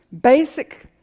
basic